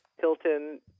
Hilton